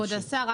כבוד השר,